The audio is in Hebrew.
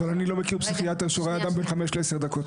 אבל אני לא מכיר פסיכיאטר שרואה אדם בין חמש לעשר דקות.